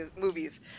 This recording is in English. movies